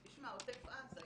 תשמע, עוטף עזה.